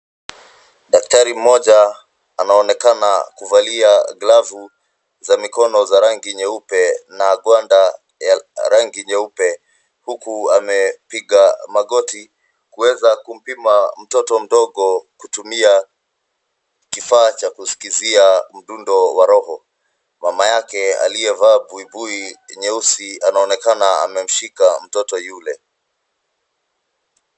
Daktari mmoja anaonekana kuvalia glavu za mikono za rangi nyeupe na gwanda ya rangi nyeupe, huku amepiga magoti, kuweza kumpima mtoto mdogo kutumia kifaa cha kuskizia mdundo wa roho. Mama yake aliyevaa buibui nyeusi, anaonekana amemshika mtoto yule.